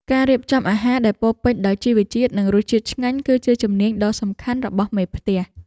ការរៀបចំអាហារដែលពោរពេញដោយជីវជាតិ និងរសជាតិឆ្ងាញ់ គឺជាជំនាញដ៏សំខាន់របស់មេផ្ទះ។